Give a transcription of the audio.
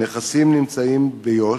הנכסים הנמצאים ביו"ש,